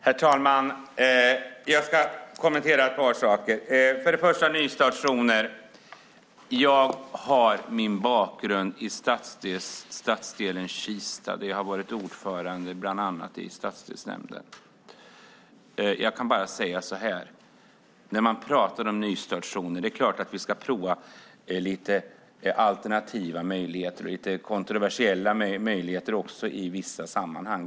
Herr talman! Jag ska kommentera ett par saker. Först gäller det nystartszoner. Jag har min bakgrund i stadsdelen Kista där jag bland annat har varit ordförande i stadsdelsnämnden. Det är klart att vi ska prova lite alternativa möjligheter och lite kontroversiella möjligheter i vissa sammanhang.